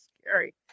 scary